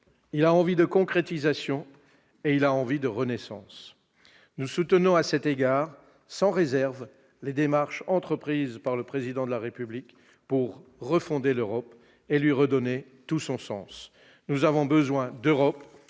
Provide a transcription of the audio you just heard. d'ambitions, de concrétisations et de renaissance. Nous soutenons à cet égard sans réserve les démarches entreprises par le Président de la République pour refonder l'Europe et lui redonner tout son sens. Nous avons besoin d'Europe